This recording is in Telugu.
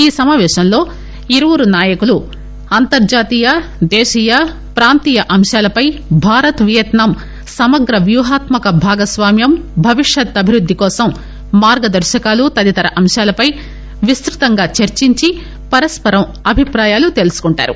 ఈ సమాపేశంలో ఇరువురు నాయకులు అంతర్జాతీయ దేశీయ ప్రాంతీయ అంశాలపై భారత్ వియత్నాం సమగ్ర వ్యూహాత్మక భాగస్వామ్యం భవిష్యత్ అభివృద్ది కోసం మార్గదర్శకాలు తదితర అంశాలపై విస్తృతంగా చర్చించి పరస్పరం అభిప్రాయాలు తెలుసుకుంటారు